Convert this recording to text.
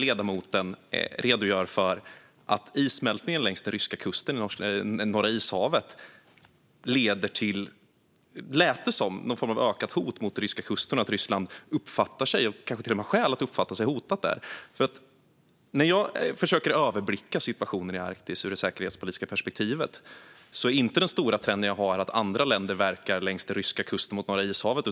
Ledamoten redogör för att issmältningen längs den ryska kusten i Norra ishavet leder till - lät det som - någon form av ökat hot mot ryska kusten, att Ryssland kanske till och med har skäl att uppfatta sig hotat där. När jag försöker överblicka situationen i Arktis ur det säkerhetspolitiska perspektivet är inte den stora trenden jag ser att andra länder verkar längs ryska kusten mot Norra ishavet.